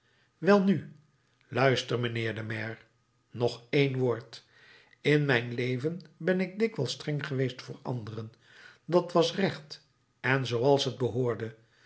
welnu luister mijnheer de maire nog één woord in mijn leven ben ik dikwijls streng geweest voor anderen dat was recht en zooals t behoorde